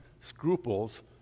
scruples